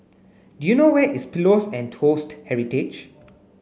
do you know where is Pillows and Toast Heritage